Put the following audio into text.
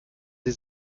die